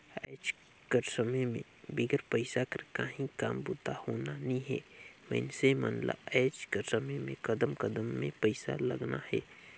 आएज कर समे में बिगर पइसा कर काहीं काम बूता होना नी हे मइनसे मन ल आएज कर समे में कदम कदम में पइसा लगना हे